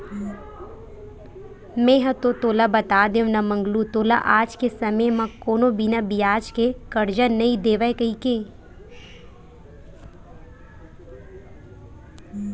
मेंहा तो तोला बता देव ना मंगलू तोला आज के समे म कोनो बिना बियाज के करजा नइ देवय कहिके